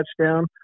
touchdown